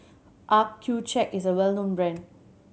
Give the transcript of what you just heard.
accucheck is a well known brand